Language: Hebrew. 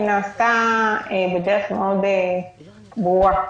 היא נעשתה בדרך מאוד ברורה.